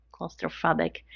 claustrophobic